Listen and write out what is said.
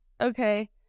Okay